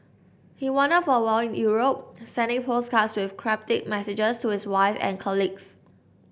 he wandered for a while in Europe sending postcards with cryptic messages to his wife and colleagues